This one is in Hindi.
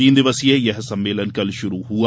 तीन दिवसीय यह सम्मेलन कल शुरू हुआ